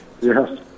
yes